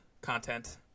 content